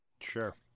Sure